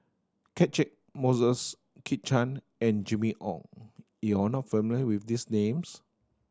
Catchick Moses Kit Chan and Jimmy Ong you are not familiar with these names